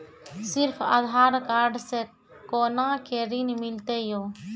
सिर्फ आधार कार्ड से कोना के ऋण मिलते यो?